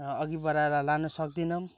अघि बढाएर लान सक्दैनौँ